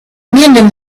mending